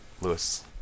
Lewis